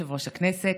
יושב-ראש הכנסת,